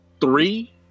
three